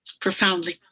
Profoundly